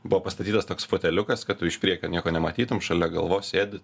buvo pastatytas toks foteliukas kad tu iš priekio nieko nematytum šalia galvos sėdi